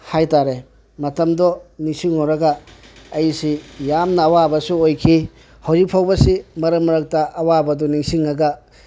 ꯍꯥꯏꯇꯥꯔꯦ ꯃꯇꯝꯗꯣ ꯅꯤꯡꯁꯤꯡꯉꯨꯔꯒ ꯑꯩꯁꯤ ꯌꯥꯝꯅ ꯑꯋꯥꯕꯁꯨ ꯑꯣꯏꯈꯤ ꯍꯧꯖꯤꯛꯐꯥꯎꯕꯁꯤ ꯃꯔꯛ ꯃꯔꯛꯇ ꯑꯋꯥꯕꯗꯤ ꯅꯤꯡꯁꯤꯡꯉꯒ